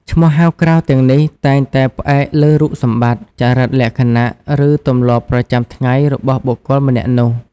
ឈ្មោះហៅក្រៅទាំងនេះតែងតែផ្អែកលើរូបសម្បត្តិ ចរិតលក្ខណៈ ឬទម្លាប់ប្រចាំថ្ងៃរបស់បុគ្គលម្នាក់នោះ។